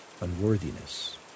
unworthiness